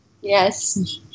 yes